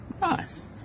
Nice